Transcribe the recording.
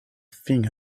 thing